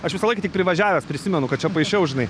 aš visąlaik tik privažiavęs prisimenu kad čia paišiau žinai